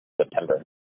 September